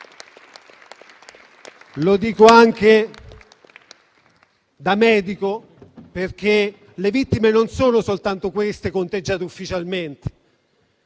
Parlando anche da medico, le vittime non sono soltanto quelle conteggiate ufficialmente,